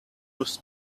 was